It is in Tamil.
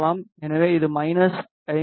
எனவே இது மைனஸ் 50 டி